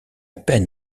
peine